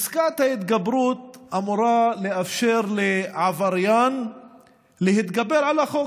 פסקת ההתגברות אמורה לאפשר לעבריין להתגבר על החוק.